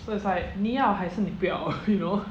so it's like 你要还是你不要 you know